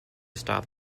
stop